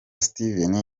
steven